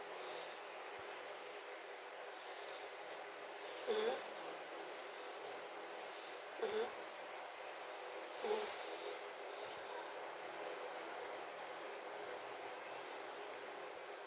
mmhmm mmhmm mmhmm